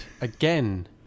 again